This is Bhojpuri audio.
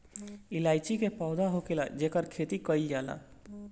इलायची के पौधा होखेला जेकर खेती कईल जाला